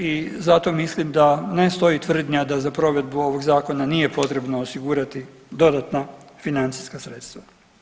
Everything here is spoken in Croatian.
I zato mislim da ne stoji tvrdnja da za provedbu ovog zakona nije potrebno osigurati dodatna financijska sredstva.